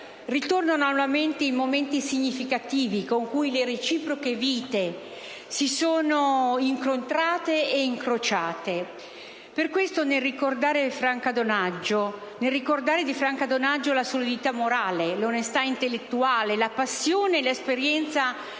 ritornano alla mente i momenti significativi, in cui le reciproche vite si sono incontrate e incrociate. Per questo motivo, nel rammentare Franca Donaggio la solidità morale e l'onestà intellettuale, la passione e l'esperienza